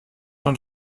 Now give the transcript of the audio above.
mein